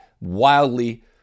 wildly